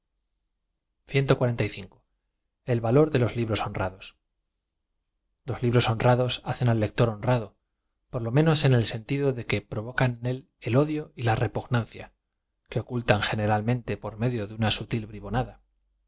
l va lor d los libros honrados los libros honrados hacen al lector honrado por lo menos en e l sentido de que provocan en él el odio la repugnancia que ocultan generalmente por medio de una sutil